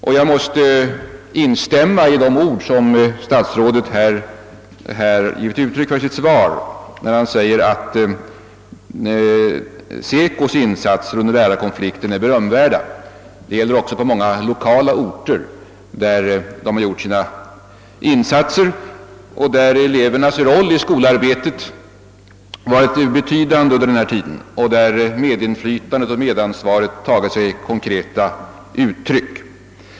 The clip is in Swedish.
Jag kan därför instämma i de ord statsrådet använder i sitt svar, att SECO:s insatser under lärarkonflikten var berömvärda. Detta gäller även insatserna på många lokala orter, där elevernas roll i skolarbetet var mycket betydande och där medinflytandet och medansvaret under konflikten tog sig konkreta uttryck.